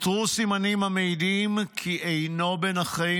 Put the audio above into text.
אותרו סימנים המעידים כי אינו בין החיים,